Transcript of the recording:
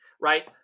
right